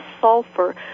sulfur